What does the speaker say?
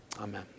Amen